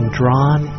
drawn